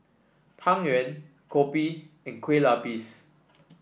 Tang Yuen kopi and Kueh Lapis